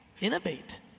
Innovate